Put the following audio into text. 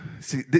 See